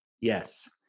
Yes